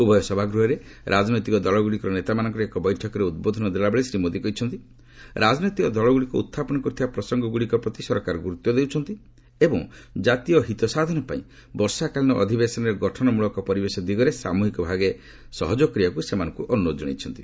ଉଭୟ ସଭାଗୃହରେ ରାଜନୈତିକ ଦଳଗୁଡ଼ିକର ନେତାମାନଙ୍କର ଏକ ବୈଠକରେ ଉଦ୍ବୋଧନ ଦେଲା ବେଳେ ଶ୍ରୀ ମୋଦି କହିଛନ୍ତି ରାଜନୈତିକ ଦଳଗୁଡ଼ିକ ଉହ୍ଚାପନ କରିଥିବା ପ୍ରସଙ୍ଗଗୁଡ଼ିକ ପ୍ରତି ସରକାର ଗୁରୁତ୍ୱ ଦେଉଛନ୍ତି ଏବଂ ଜାତୀୟ ହିତସାଧନ ପାଇଁ ବର୍ଷାକାଳୀନ ଅଧିବେଶନରେ ଗଠନ ମୂଳକ ପରିବେଶ ଦିଗରେ ସାମୁହିକ ଭାବେ ସହଯୋଗ କରିବାକୁ ସେମାନଙ୍କୁ ଅନୁରୋଧ ଜଣାଇଛନ୍ତି